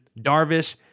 Darvish